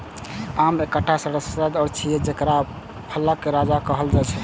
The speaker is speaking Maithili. आम एकटा रसदार फल छियै, जेकरा फलक राजा कहल जाइ छै